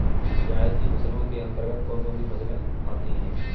जायद की फसलों के अंतर्गत कौन कौन सी फसलें आती हैं?